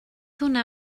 hwnna